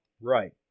Right